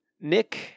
Nick